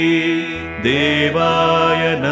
Devaya